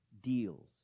deals